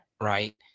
right